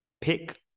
Pick